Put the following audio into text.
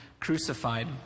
crucified